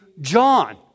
John